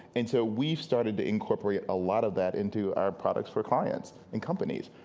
and so we've started to incorporate a lot of that into our products for clients and companies.